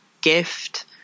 gift